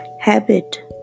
Habit